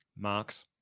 marks